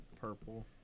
Purple